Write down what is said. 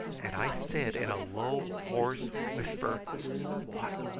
and i said in a low hoarse whisper why,